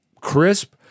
crisp